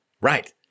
Right